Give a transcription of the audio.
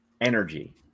energy